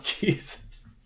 Jesus